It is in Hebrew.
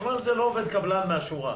אתה אומר: זה לא עובד קבלן מן השורה,